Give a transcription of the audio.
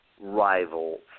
rival